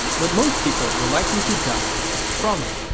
but most people were likely to die of trauma.